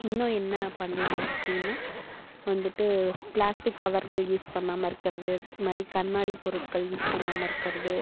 இன்னும் என்ன பண்ணலாம் அப்படின்னா வந்துட்டு ப்ளாஸ்டிக் கவர்கள் யூஸ் பண்ணாமல் இருக்கிறது இந்த மாதிரி கண்ணாடி பொருட்கள் யூஸ் பண்ணாமல் இருக்கிறது